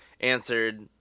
Answered